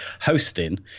hosting